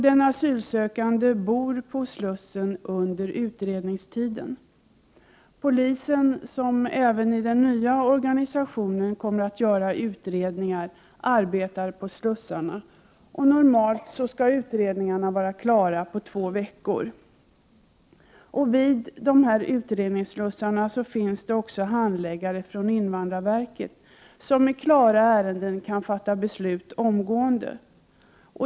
Den asylsökande bor på slussen under utredningstiden. Polisen, som även i den nya organisationen kommer att göra utredningarna, arbetar på slussarna. Normalt skall utredningarna vara klara på två veckor. Vid utredningsslussarna finns det också handläggare från invandrarverket, som i klara ärenden kan fatta beslut omgående.